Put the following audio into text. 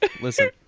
listen